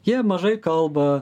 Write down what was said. jie mažai kalba